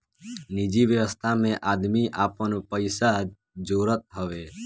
निजि व्यवस्था में आदमी आपन पइसा जोड़त हवे